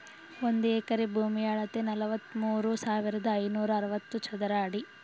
ಒಂದು ಎಕರೆ ಭೂಮಿಯ ಅಳತೆ ನಲವತ್ಮೂರು ಸಾವಿರದ ಐನೂರ ಅರವತ್ತು ಚದರ ಅಡಿ